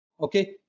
okay